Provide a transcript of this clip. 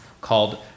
called